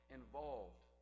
involved